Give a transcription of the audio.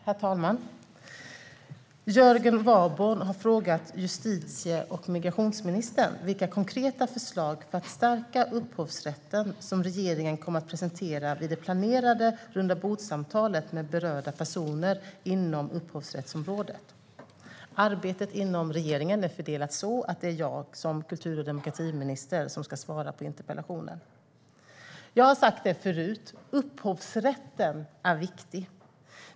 Herr talman! Jörgen Warborn har frågat justitie och migrationsministern vilka konkreta förslag för att stärka upphovsrätten som regeringen kommer att presentera vid det planerade rundabordssamtalet med berörda personer inom upphovsrättsområdet. Arbetet inom regeringen är så fördelat att det är jag som kultur och demokratiminister som ska svara på interpellationen. Jag har sagt det förut. Upphovsrätten är viktig.